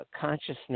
consciousness